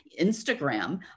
Instagram